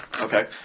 Okay